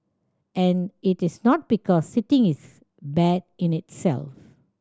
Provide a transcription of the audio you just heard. and it is not because sitting is bad in itself